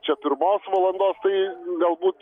čia pirmos valandos tai galbūt